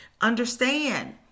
Understand